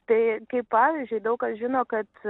tai kaip pavyzdžiui daug kas žino kad